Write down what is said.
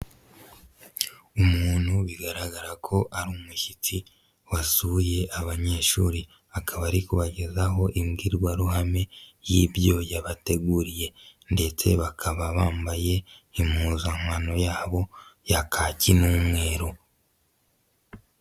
Umuntu bigaragara ko ari umushyitsi, wasuye abanyeshuri. Akaba ari kubagezaho imbwirwaruhame y'ibyo yabateguriye ndetse bakaba bambaye impuzankano yabo ya kaki n'umweru.